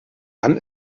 dann